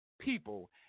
people